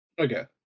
Okay